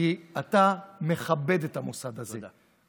כי אתה מכבד את המוסד הזה, תודה.